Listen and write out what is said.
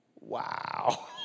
Wow